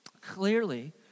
Clearly